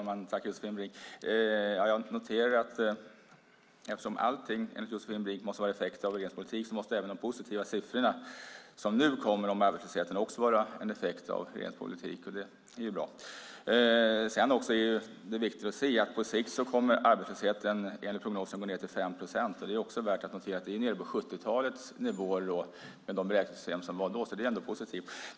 Herr talman! Jag noterar att eftersom allting enligt Josefin Brink måste vara effekter av regeringens politik måste även de positiva siffror som nu kommer om arbetslösheten vara en effekt av regeringens politik, och det är bra. På sikt kommer arbetslösheten enligt prognosen att gå ned till 5 procent, vilket också är värt att notera. Det är nere på 70-talets nivåer med de beräkningssystem som användes då. Det är positivt.